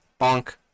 bonk